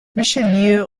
richelieu